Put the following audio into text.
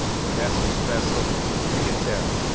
during essence fest so you can tell.